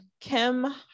kim